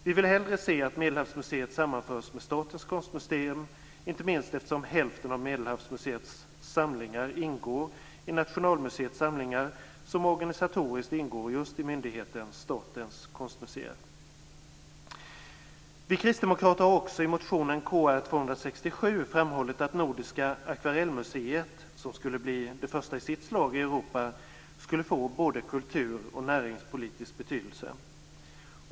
Vi vill hellre se att Medelhavsmuseet sammanförs med Statens konstmuseer, inte minst eftersom hälften av Medelhavsmuseets samlingar ingår i Nationalmuseums samlingar, som organisatoriskt ingår just i myndigheten Statens konstmuseer. Vi kristdemokrater har också i motionen Kr267 framhållit att Nordiska akvarellmuseet, som skulle bli det första i sitt slag i Europa, skulle få både kulturoch näringspolitisk betydelse.